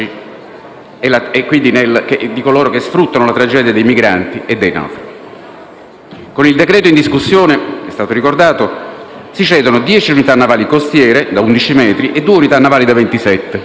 traffici di coloro che sfruttano la tragedia dei migranti e dei naufragi. Con il decreto-legge in discussione - è stato ricordato - si cedono dieci unità navali costiere da 11 metri e due unità navali da 27 metri.